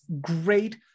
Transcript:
great